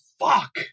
fuck